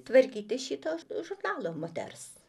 tvarkyti šito žurnalo moters